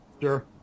Sure